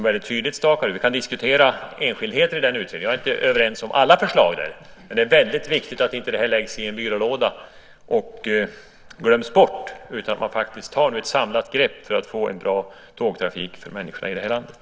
Vi kan diskutera enskildheter i utredningen. Jag håller inte med om alla förslag, men det är viktigt att detta inte läggs i en byrålåda och glöms bort utan man bör ta ett samlat grepp för att få en bra tågtrafik för människorna i det här landet.